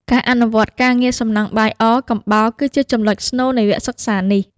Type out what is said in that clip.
ការអនុវត្តការងារសំណង់បាយអកំបោរគឺជាចំណុចស្នូលនៃវគ្គសិក្សានេះ។